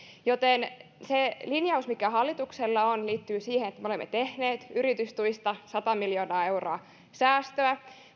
se linjaus mikä hallituksella on liittyy siihen että me olemme tehneet yritystuista sata miljoonaa euroa säästöä